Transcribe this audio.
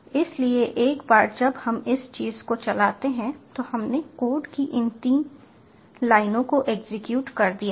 इसलिए एक बार जब हम इस चीज़ को चलाते हैं तो हमने कोड की इन तीन लाइनों को एग्जीक्यूट कर दिया है